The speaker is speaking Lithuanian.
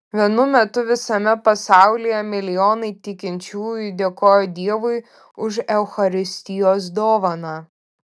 vienu metu visame pasaulyje milijonai tikinčiųjų dėkojo dievui už eucharistijos dovaną